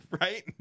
Right